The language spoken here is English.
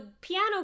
piano